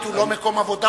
בית הוא לא מקום עבודה,